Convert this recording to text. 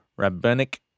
rabbinic